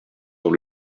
dans